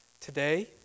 Today